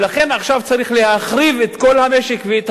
ולכן עכשיו צריך להחריב את כל המשק ואת